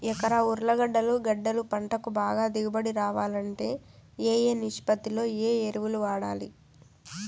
ఎకరా ఉర్లగడ్డలు గడ్డలు పంటకు బాగా దిగుబడి రావాలంటే ఏ ఏ నిష్పత్తిలో ఏ ఎరువులు వాడాలి?